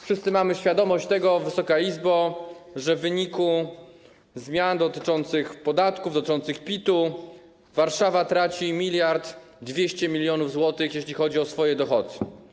Wszyscy mamy świadomość tego, Wysoka Izbo, że w wyniku zmian dotyczących podatku, dotyczących PIT-u, Warszawa traci 1200 mln zł, jeśli chodzi o swoje dochody.